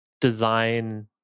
design